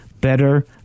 better